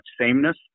sameness